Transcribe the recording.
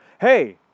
hey